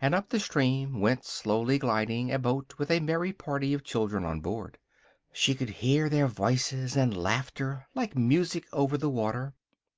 and up the stream went slowly gliding a boat with a merry party of children on board she could hear their voices and laughter like music over the water